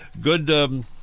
Good